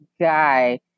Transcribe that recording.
guy